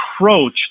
approach